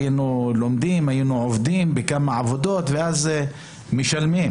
היינו לומדים ועובדים בכמה עבודות ומשלמים.